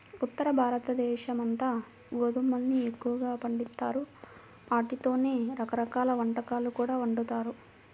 ఉత్తరభారతదేశమంతా గోధుమల్ని ఎక్కువగా పండిత్తారు, ఆటితోనే రకరకాల వంటకాలు కూడా వండుతారు